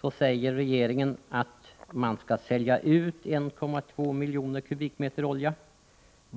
Då sade regeringen att man skulle sälja ut 1,2 miljoner m? olja.